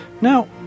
Now